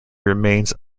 remains